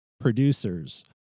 producers